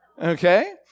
okay